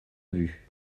vue